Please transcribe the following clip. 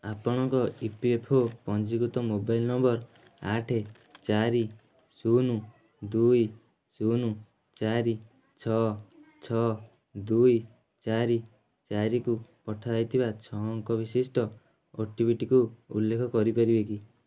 ଆପଣଙ୍କ E P F O ପଞ୍ଜୀକୃତ number ନମ୍ବର ଆଠ ଚାରି ଶୂନ ଦୁଇ ଶୂନ ଚାରି ଛଅ ଛଅ ଦୁଇ ଚାରି ଚାରିକୁ ପଠାଯାଇଥିବା ଛଅ ଅଙ୍କ ବିଶିଷ୍ଟ ଓଟିପିଟିକୁ ଉଲ୍ଲେଖ କରିପାରିବେ କି